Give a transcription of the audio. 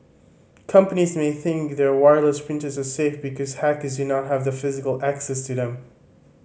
companies may think their wireless printers are safe because hackers do not have physical access to them